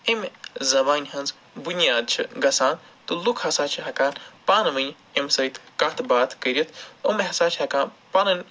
اَمہِ زَبانہِ ہِنز بَنیاد چھِ گژھان تہٕ لُکھ ہسا چھِ ہٮ۪کان پانہٕ ؤنۍ اَمہِ سۭتۍ کَتھ باتھ کٔرِتھ یِم ہسا چھِ ہٮ۪کان پَنٕنۍ